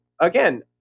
again